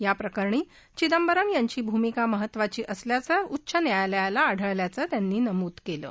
या प्रकरणी चिंदबरम यांची भूमिका महत्त्वाची असल्याचं उच्च न्यायालयाला आढळल्याचं त्यांनी नमूद कलि